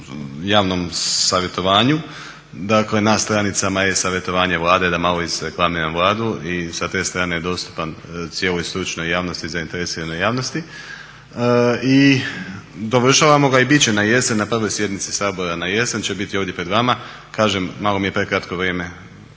javnom savjetovanju, dakle na stranicama e-savjetovanje Vlade, da malo izreklamiram Vladu i sa te stane je dostupan cijeloj stručnoj javnosti, zainteresiranoj javnosti. I dovršavamo ga i bit će na jesen na prvoj sjednici Sabora na jesen će biti ovdje pred vama. Kažem, malo mi je prekratko vrijeme